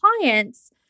clients